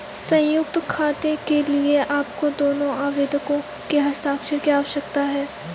संयुक्त खाते के लिए आपको दोनों आवेदकों के हस्ताक्षर की आवश्यकता है